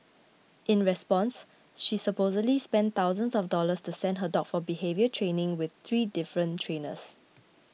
in response she supposedly spent thousands of dollars to send her dog for behaviour training with three different trainers